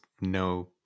no